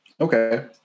okay